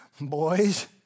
Boys